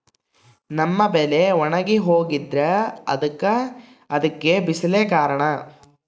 ನಮ್ಮ ಬೆಳೆ ಒಣಗಿ ಹೋಗ್ತಿದ್ರ ಅದ್ಕೆ ಬಿಸಿಲೆ ಕಾರಣನ?